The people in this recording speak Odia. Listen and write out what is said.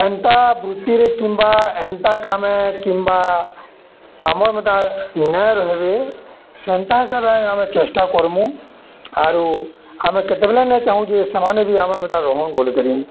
ଏନ୍ତା ବୃତ୍ତିରେ କିମ୍ବା ଏନ୍ତା କାମେ କିମ୍ବା ଆମର୍ ମେତାର୍ ନାଇ ରହେବେ ସେନ୍ତା ହିସାବେ ଆମେ ଚେଷ୍ଟା କର୍ମୁ ଆରୁ ଆମେ କେତେବେଲେ ନାଇଁ ଚାହୁଁ ଯେ ସେମାନେ ବି ଆମର୍ ମେତାର୍ ରହୁନ୍ ବୋଲିକରି